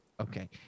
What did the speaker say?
Okay